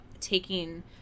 taking